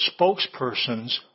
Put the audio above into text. spokespersons